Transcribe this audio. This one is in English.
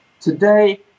Today